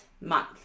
month